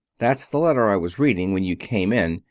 that's the letter i was reading when you came in.